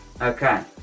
okay